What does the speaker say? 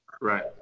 Right